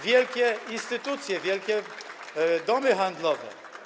wielkie instytucje, wielkie domy handlowe.